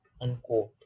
unquote